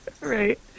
right